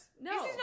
No